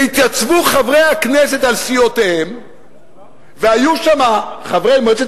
והתייצבו חברי הכנסת על סיעותיהם והיו שם חברי מועצת